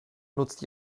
nutzt